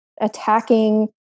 attacking